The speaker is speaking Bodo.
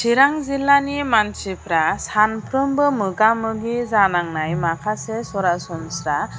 चिरां जिल्लानि मानसिफ्रा सानफ्रोमबो मोगा मोगि जानांनाय माखासे सरासनस्रा